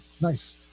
Nice